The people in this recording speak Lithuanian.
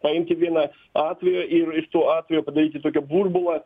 paimti vieną atvejų ir ir tuo atveju padaryti tokį burbulą